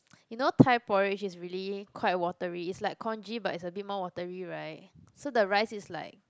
you know Thai porridge is really quite watery it's like congee but it's a bit more watery right so the rice is like